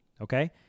Okay